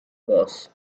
boss